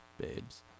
Babes